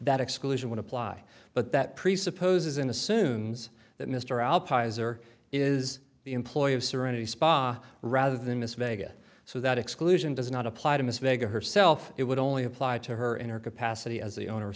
that exclusion would apply but that presupposes an assumes that mr alpizar is the employee of serenity spa rather than miss vega so that exclusion does not apply to miss vega herself it would only apply to her in her capacity as the owner of